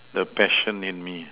the passion in me